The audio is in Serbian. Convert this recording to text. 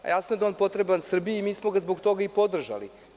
Jasno je da je on potreban Srbiji i mi smo ga zbog toga i podržali.